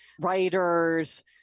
writers